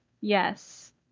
yes